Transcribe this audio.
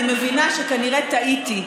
אני מבינה שכנראה טעיתי,